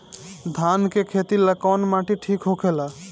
धान के खेती ला कौन माटी ठीक होखेला?